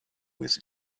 with